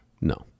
no